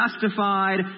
justified